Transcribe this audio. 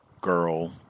girl